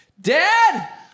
Dad